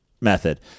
method